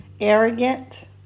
Arrogant